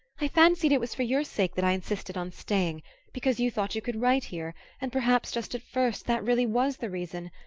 i fancied it was for your sake that i insisted on staying because you thought you could write here and perhaps just at first that really was the reason.